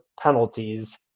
penalties